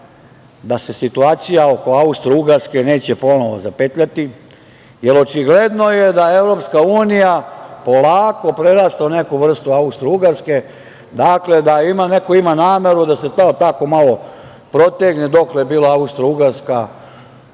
da se situacija oko Austrougarske neće ponovo zapetljati, jer očigledno je da EU polako prerasta u neku vrstu Austrougarske, dakle, da neko ima nameru da se malo protegne dokle je bila Austrougarska,